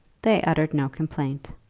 they uttered no complaint.